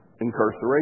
incarceration